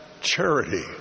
charity